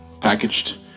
packaged